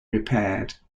repaired